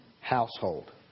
household